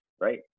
right